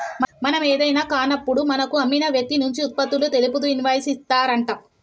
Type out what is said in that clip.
మనం ఏదైనా కాన్నప్పుడు మనకు అమ్మిన వ్యక్తి నుంచి ఉత్పత్తులు తెలుపుతూ ఇన్వాయిస్ ఇత్తారంట